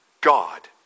God